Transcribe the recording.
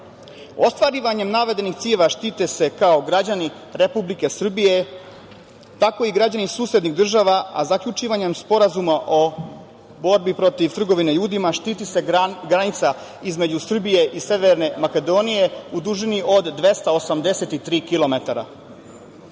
sredine. Ostvarivanjem navedenih ciljeva štite se kao građani Republike Srbije, tako i građani susednih država, a zaključivanjem Sporazuma o borbi protiv trgovine ljudima štiti se granica između Srbije i Severne Makedonije u dužini od 283 kilometra.Zašto